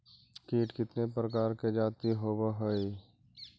कीट कीतने प्रकार के जाती होबहय?